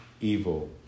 evil